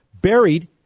buried